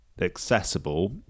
accessible